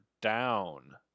down